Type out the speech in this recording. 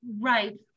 Right